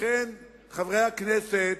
לכן, חברי הכנסת,